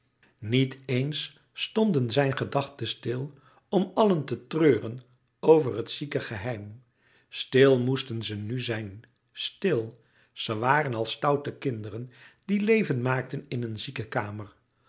niet eens stonden zijn gedachten stil om allen te treuren over het zieke geheim stil moesten ze nu zijn stil ze waren als stoute kinderen die leven maakten in een